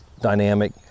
dynamic